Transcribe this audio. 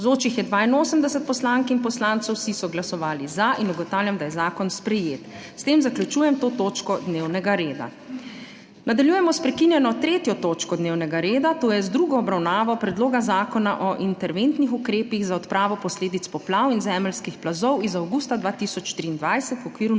Navzočih je 82 poslank in poslancev, vsi so glasovali za. (Za je glasovalo 82.) (Proti nihče.) Ugotavljam, da je zakon sprejet. S tem zaključujem to točko dnevnega reda. Nadaljujemo s prekinjeno 3. točko dnevnega reda – druga obravnava Predloga zakona o interventnih ukrepih za odpravo posledic poplav in zemeljskih plazov iz avgusta 2023, v okviru